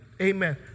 amen